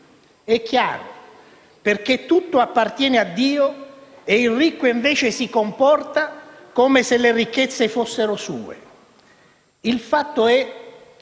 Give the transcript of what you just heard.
È chiaro: perché tutto appartiene a Dio e il ricco invece si comporta come se le ricchezze fossero sue. Il fatto è